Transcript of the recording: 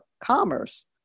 Commerce